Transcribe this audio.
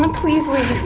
um please leave.